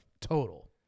total